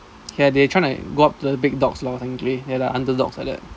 ya they trying to go up the big dogs lah and we're like the underdogs like that